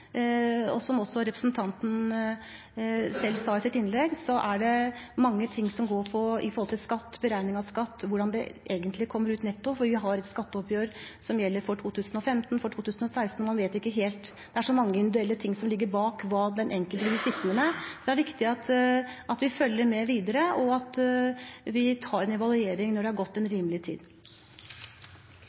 Som også representanten selv sa i sitt innlegg, er det mange ting som går på skatt, beregning av skatt og hvordan det egentlig kommer ut netto, for vi har et skatteoppgjør som gjelder for 2015 og 2016, og man vet ikke helt – det er så mange individuelle ting som ligger bak hva den enkelte vil sitte igjen med. Det er viktig at vi følger med videre, og at vi tar en evaluering når det har gått en rimelig tid.